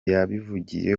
yabivugiye